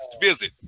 visit